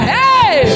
hey